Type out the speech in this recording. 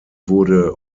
wurde